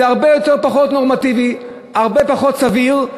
זה הרבה פחות נורמטיבי, הרבה פחות סביר.